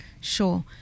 Sure